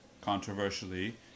controversially